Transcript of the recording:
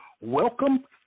Welcome